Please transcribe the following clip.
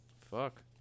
fuck